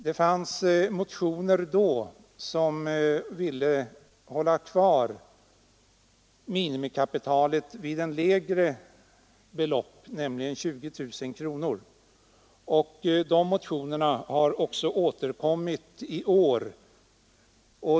Det fanns motioner då som ville hålla kvar minimikapitalet vid ett lägre belopp, nämligen 20 000 kronor. De motionerna har återkommit i år.